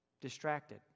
distracted